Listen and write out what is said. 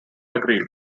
agreed